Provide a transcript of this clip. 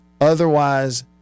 otherwise